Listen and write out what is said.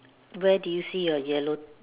where did you see your yellow